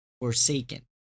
forsaken